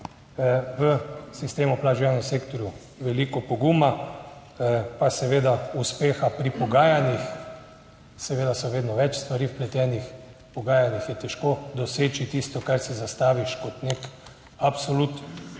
v sistemu plač v javnem sektorju veliko poguma pa seveda uspeha pri pogajanjih. Seveda so vedno več stvari vpletenih pogajanjih je težko doseči tisto, kar si zastaviš kot nek absolut.